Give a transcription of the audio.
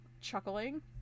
chuckling